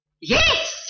Yes